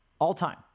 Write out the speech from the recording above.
all-time